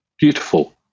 beautiful